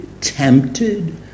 tempted